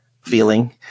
feeling